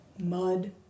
Mud